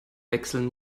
wechseln